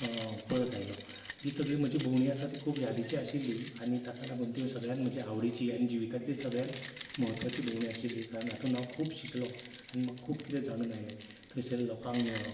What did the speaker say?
परत आयलो ही सगली म्हजी भोंवडी आसा ती खूब यादीची आशिल्ली आनी ताका लागून ती सगल्यान म्हज्या आवडीची आनी जिवितांतली सगल्यान महत्वाची भोंवडी आशिल्ली कारण हातून हांव खूब शिकलों आनी म्हाका खूब किदें जाणून आयलें थंयसर लोकांक मेळ्ळो